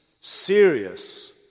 serious